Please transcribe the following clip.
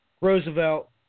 Roosevelt